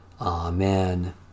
Amen